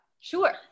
sure